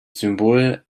symbol